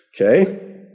Okay